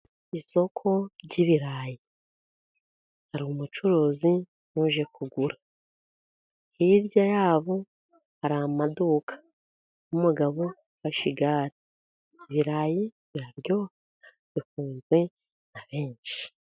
Isoko ry'ibirayi hari umucuruzi n'uje kugura, hirya yabo hari amaduka n'umugabo ufashe igare. Ibirayi biraryoha bikunzwe na benshi.